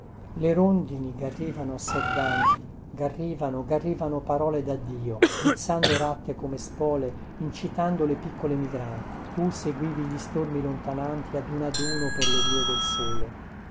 le rondini garrivano assordanti garrivano garrivano parole daddio guizzando ratte come spole incitando le piccole migranti tu seguivi gli stormi lontananti ad uno ad uno per le vie del sole